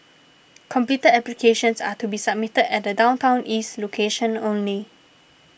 completed applications are to be submitted at the Downtown East location only